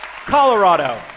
Colorado